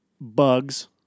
bugs